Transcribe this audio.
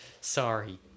Sorry